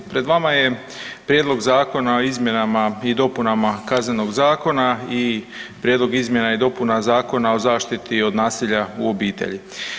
Pred vama je Prijedlog zakona o izmjenama i dopunama Kaznenog zakona i Prijedlog izmjena i dopuna Zakona o zaštiti od nasilja u obitelji.